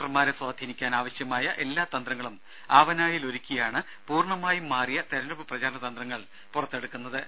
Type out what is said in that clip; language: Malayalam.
വോട്ടർമാരെ സ്വാധീനിക്കാൻ ആവശ്യമായ എല്ലാ തന്ത്രങ്ങളും ആവനാഴിയിൽ ഒരുക്കിയാണ് പൂർണമായും മാറിയ തെരഞ്ഞെടുപ്പ് പ്രചരണ തന്ത്രങ്ങൾ പുറത്തെടുക്കുന്നത്